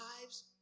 lives